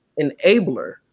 enabler